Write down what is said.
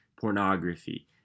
pornography